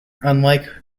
unlike